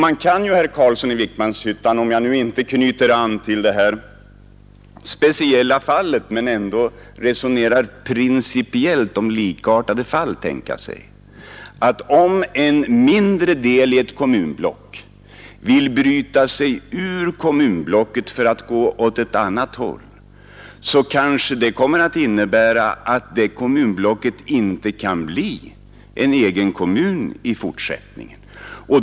Man kan ju, herr Carlsson i Vikmanshyttan — om jag nu inte knyter an till detta speciella fall, men ändå resonerar principiellt om likartade fall — tänka sig att om en mindre del i ett kommunblock vill bryta sig ur kommunblocket för att gå åt ett annat håll, kanske det kan innebära att det kommunblocket inte kan bli en egen kommun i fortsättningen.